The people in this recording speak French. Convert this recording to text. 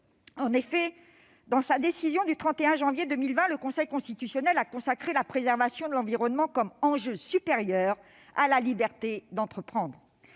En effet, dans sa décision du 31 janvier 2020, le Conseil constitutionnel a consacré la préservation de l'environnement comme enjeu supérieur à la liberté d'entreprendre.